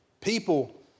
People